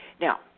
Now